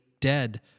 dead